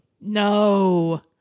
No